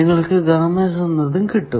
നിങ്ങൾക്കു എന്നതും കിട്ടും